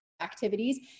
activities